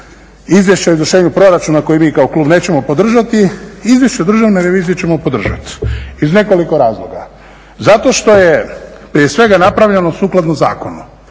Izvješća o izvršenju proračuna koji mi kao klub nećemo podržati Izvješće Državne revizije ćemo podržati iz nekoliko razloga. Zato što je prije svega napravljeno sukladno zakonu.